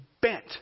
bent